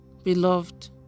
Beloved